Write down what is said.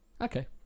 Okay